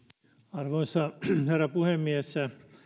arvoisa herra puhemies